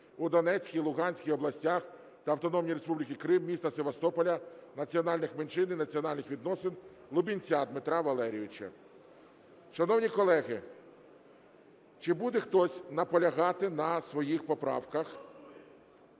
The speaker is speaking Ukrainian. у Донецькій, Луганській областях та Автономної Республіки Крим, міста Севастополя, національних меншин і міжнаціональних відносин Лубінця Дмитра Валерійовича. Шановні колеги, чи буде хтось наполягати на своїх поправках?